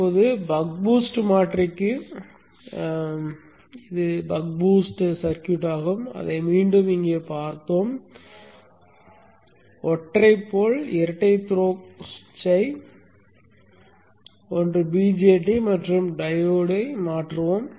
இப்போது buck boost மாற்றிக்கு இது பக் பூஸ்ட் சர்க்யூட் ஆகும் அதை மீண்டும் இங்கே பார்த்தோம் ஒற்றை போல் இரட்டை த்ரோக்கள் சுவிட்சை 1 BJT மற்றும் 1 டையோடை மாற்றுவோம்